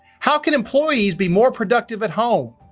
how can employees be more productive at home?